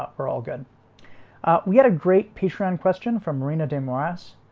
ah we're all good we had a great patreon question from marina de morass.